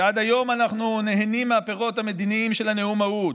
שעד היום אנחנו נהנים מהפירות המדיניים של הנאום ההוא,